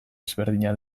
ezberdina